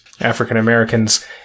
African-Americans